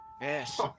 Yes